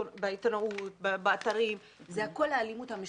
בעיתונות, באתרים, זה הכול האלימות המשטרתית.